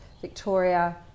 Victoria